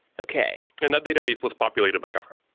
okay and that database was populated by kafka.